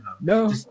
no